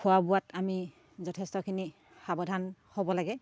খোৱা বোৱাত আমি যথেষ্টখিনি সাৱধান হ'ব লাগে